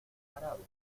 jarabe